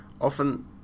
often